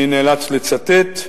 אני נאלץ לצטט,